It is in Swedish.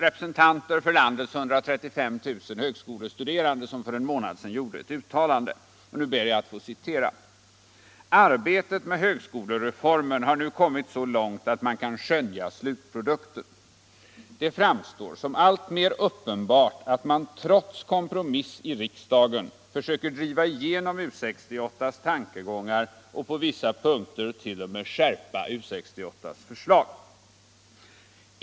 Representanter för landets 135 000 högskolestuderande gjorde för en månad sedan ett uttalande: ”Arbetet med högskolereformen har nu kommit så långt att man kan skönja slutprodukten. Det framstår som alltmer uppenbart att man trots kompromiss i riksdagen försöker driva igenom U 68:s tankegångar och på vissa punkter t.o.m. skärper U 68:s förslag.